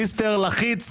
מיסטר לחיץ,